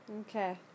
Okay